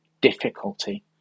difficulty